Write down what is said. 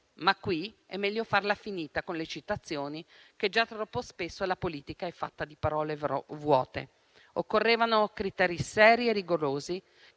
però è meglio farla finita con le citazioni, visto che già troppo spesso la politica è fatta di parole vuote. Occorrevano criteri seri e rigorosi,